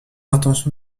intention